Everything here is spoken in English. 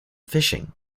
fishing